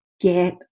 get